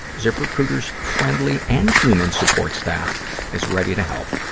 ziprecruiter's friendly and human support staff is ready to help.